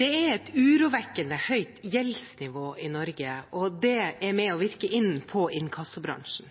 et urovekkende høyt gjeldsnivå i Norge, og det virker inn på inkassobransjen.